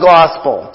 Gospel